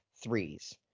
threes